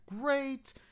great